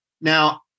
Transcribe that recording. Now